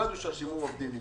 לא ידעו ששימור עובדים נמצא.